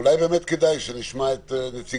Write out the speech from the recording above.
אולי כדאי שנשמע את נציג